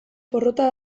porrota